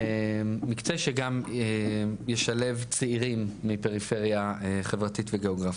מקצה שגם ישלב צעירים מפריפריה חברתית וגיאוגרפית,